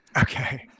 Okay